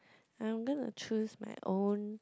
I'm gonna choose my own